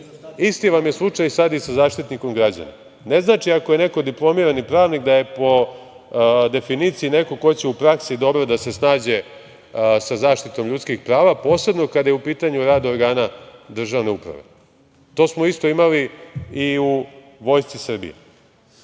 vam je slučaj i sada sa Zaštitnikom građana. Ne znači, ako je neko diplomirani pravnik da je po definiciji neko ko će u praksi dobro da se snađe sa zaštitom ljudskih prava, posebno kada je u pitanju rad organa državne uprave. To smo isto imali i u vojsci Srbije. Juče